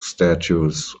status